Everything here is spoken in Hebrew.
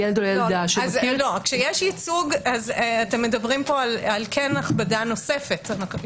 כשיש ייצוג אתם מדברים על הכבדה נוספת.